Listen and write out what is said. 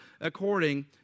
according